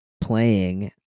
playing